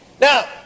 Now